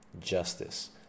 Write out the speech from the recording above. Justice